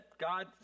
God